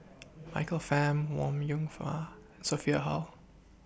Michael Fam Wong Yoon Wah Sophia Hull